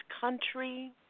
country